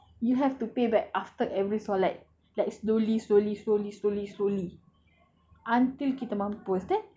but some people some mazhab say you have to pay back after every solat like slowly slowly slowly slowly slowly